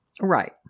Right